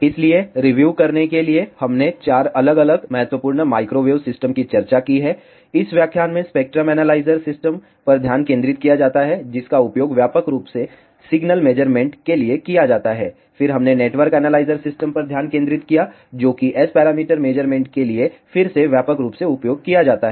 इसलिए रिव्युव करने के लिए हमने 4 अलग अलग महत्वपूर्ण माइक्रोवेव सिस्टम की चर्चा की है इस व्याख्यान में स्पेक्ट्रम एनालाइजर सिस्टम पर ध्यान केंद्रित किया जाता है जिसका उपयोग व्यापक रूप से सिग्नल मेज़रमेंट के लिए किया जाता है फिर हमने नेटवर्क एनालाइजर सिस्टम पर ध्यान केंद्रित किया जो कि S पैरामीटर मेज़रमेंट के लिए फिर से व्यापक रूप से उपयोग किया जाता है